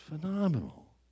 phenomenal